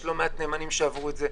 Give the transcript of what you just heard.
יש לו מעט נאמנים שעברו את זה,